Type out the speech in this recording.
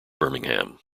birmingham